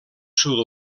sud